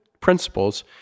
principles